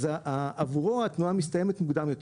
עבורו התנועה מסתיימת מוקדם יותר.